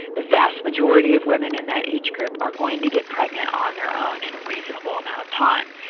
the vast majority of women in that age group are going to get pregnant on their own in a reasonable amount of time.